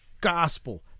gospel